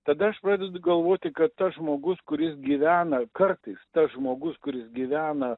tada aš pradedu galvoti kad tas žmogus kuris gyvena kartais tas žmogus kuris gyvena